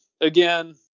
again